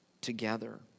together